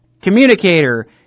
communicator